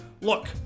Look